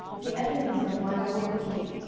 the enemies of my lord the king,